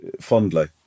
fondly